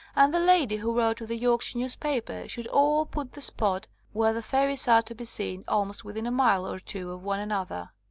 and the lady who wrote to the yorkshire newspaper should all put the spot where the fairies are to be seen almost within a mile or two of one another.